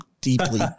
deeply